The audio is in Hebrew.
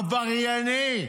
עברייני,